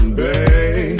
babe